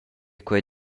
quei